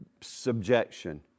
subjection